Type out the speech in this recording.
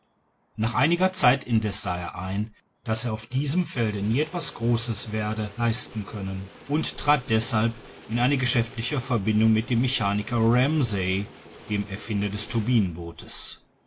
nach einiger zeit indeß sah er ein daß er auf diesem felde nie etwas großes werde leisten können und trat deßhalb in eine geschäftliche verbindung mit dem mechaniker ramsey dem erfinder des